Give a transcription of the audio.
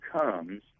comes